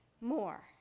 more